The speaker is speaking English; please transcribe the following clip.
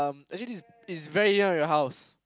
actually this it's very near your house